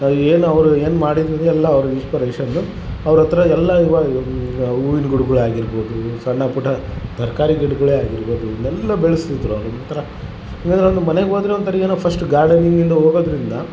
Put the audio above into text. ಏನು ಅವ್ರ ಏನ್ಮಾಡಿದಿರಿ ಎಲ್ಲ ಅವ್ರಿಗೆ ಇನ್ಸ್ಪರೇಷನ್ ಅವ್ರ ಹತ್ತಿರ ಎಲ್ಲ ಇವಾಗ ಹೂವಿನ್ ಗಿಡಗಳೆ ಆಗಿರ್ಬೌದು ಸಣ್ಣ ಪುಟ್ಟ ತರಕಾರಿ ಗಿಡಗಳೆ ಆಗಿರ್ಬೌದು ಎಲ್ಲ ಬೆಳಸಿದ್ರೆ ಅವ್ರು ಒಂಥರ ಏನಾರ ಒಂದು ಮನೆಗೆ ಹೋದ್ರೆ ಒಂಥರ ಏನೊ ಫಸ್ಟ್ ಗಾರ್ಡನಿಂಗ್ ಇಂದ ಹೋಗೋದರಿಂದ